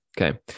Okay